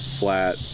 flat